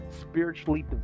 spiritually